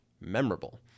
memorable